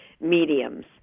mediums